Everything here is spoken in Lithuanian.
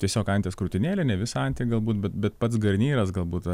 tiesiog anties krūtinėlę ne visą antį galbūt bet pats garnyras galbūt